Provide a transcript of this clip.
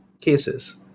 cases